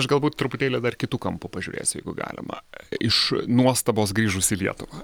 aš galbūt truputėlį dar kitu kampu pažiūrėsiu jeigu galima iš nuostabos grįžus į lietuvą